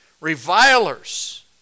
revilers